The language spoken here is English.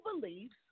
beliefs